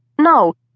no